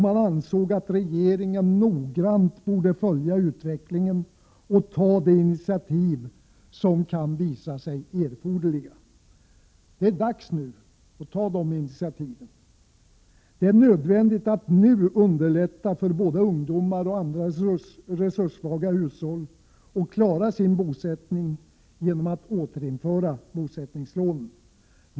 Man ansåg därför att regeringen noggrant borde följa utvecklingen och ta de initiativ som kan visa sig erforderliga. Det är nu dags att ta de initiativen! Det är nödvändigt att nu underlätta för både ungdomar och andra personer med och sparstimulerande åtgärder resurssvaga hushåll att klara sin bosättning genom att återinföra bosättningslånen.